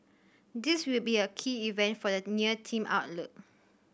this will be a key event for the near team outlook